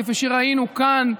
כפי שראינו כאן,